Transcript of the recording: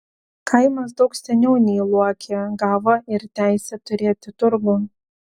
kaimas daug seniau nei luokė gavo ir teisę turėti turgų